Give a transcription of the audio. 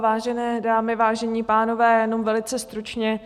Vážené dámy, vážení pánové, jenom velice stručně.